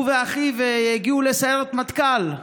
הוא ואחיו הגיעו לסיירת מטכ"ל,